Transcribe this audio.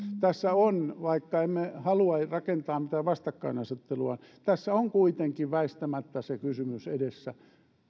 tässä on vaikka emme halua rakentaa mitään vastakkainasettelua kuitenkin väistämättä se kysymys edessä